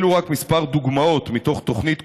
אלו רק כמה דוגמאות מתוך תוכנית כוללת,